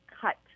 cut